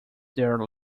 their